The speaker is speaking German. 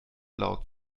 laut